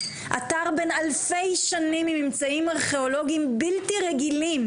אתר בן אלפי שנים עם ממצאים ארכיאולוגיים בלתי רגילים,